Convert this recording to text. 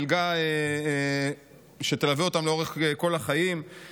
מלגה שתלווה אותם לאורך כל החיים,